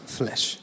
flesh